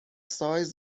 سایز